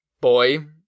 boy